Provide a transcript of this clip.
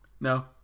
No